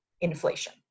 inflation